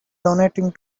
donating